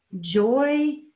joy